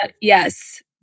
Yes